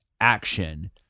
action